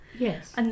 Yes